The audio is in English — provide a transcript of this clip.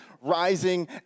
rising